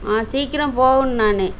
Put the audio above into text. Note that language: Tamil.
ஆ சீக்கிரம் போகணும் நான்